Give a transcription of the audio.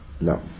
No